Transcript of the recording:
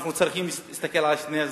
אנחנו צריכים להסתכל על שני הצדדים: